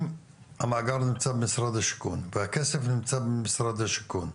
אם המאגר נמצא במשרד השיכון והכסף נמצא במשרד השיכון,